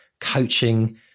coaching